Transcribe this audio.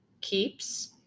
keeps